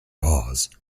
paws